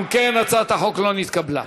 אם כן, הצעת החוק לא נתקבלה.